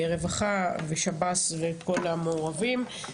רווחה ושב"ס וכל המעורבים.